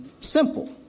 simple